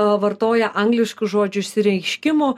vartoja angliškų žodžių išsireiškimų